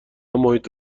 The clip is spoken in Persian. محیط